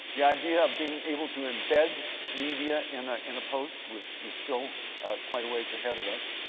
the idea of being able to embed media in ah in a post was was still quite a ways ahead of us.